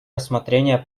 рассмотрение